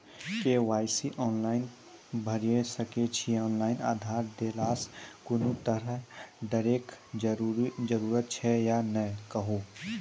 KYC online भैरि सकैत छी, ऑनलाइन आधार देलासॅ कुनू तरहक डरैक जरूरत छै या नै कहू?